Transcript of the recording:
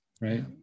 Right